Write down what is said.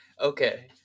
okay